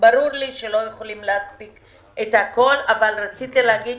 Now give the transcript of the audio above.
ברור לי שלא יכולים להספיק את הכול אבל רציתי להגיד